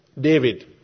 David